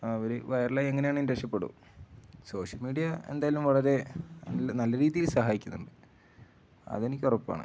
അവര് വൈറലായാല് എങ്ങനെയാണെങ്കിലും രക്ഷപ്പെടും സോഷ്യൽ മീഡിയ എന്തായാലും വളരെ നല്ല രീതിയിൽ സഹായിക്കുന്നുണ്ട് അതെനിക്ക് ഉറപ്പാണ്